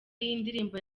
y’indirimbo